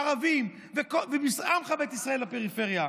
ערבים ועמך בית ישראל בפריפריה,